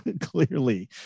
Clearly